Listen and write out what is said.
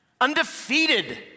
Undefeated